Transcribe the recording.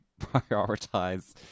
prioritize